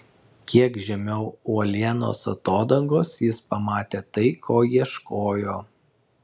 kiek žemiau uolienos atodangos jis pamatė tai ko ieškojo